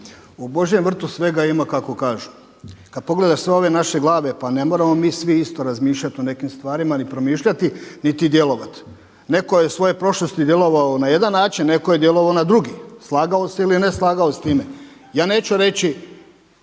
U božjem vrtu svega ima kako kažu. Kada pogledaš sve ove naše glave pa ne moramo mi svi isto razmišljati o nekim stvarima ni promišljati niti djelovati. Neko je u svojoj prošlosti djelovao na jedan način, neko djelovao na jedan način, neko je djelovao na drugi slagao se ili ne slagao s time. Ja neću reći